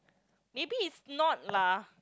maybe it's not lah